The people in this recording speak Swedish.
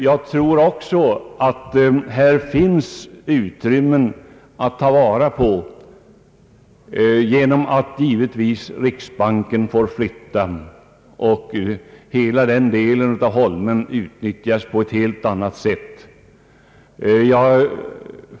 Jag tror att det finns utrymmen att ta vara på här på Helgeandsholmen genom att riksbanken givetvis får flytta, så att hela den delen av holmen kan utnyttjas på ett helt annat sätt.